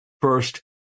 First